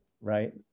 right